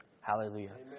Hallelujah